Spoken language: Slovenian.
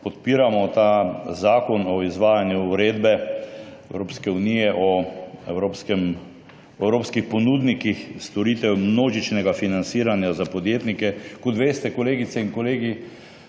podpiramo ta zakon o izvajanju Uredbe Evropske unije o evropskih ponudnikih storitev množičnega financiranja za podjetnike. Kot veste, kolegice in kolegi,